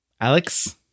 Alex